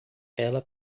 ela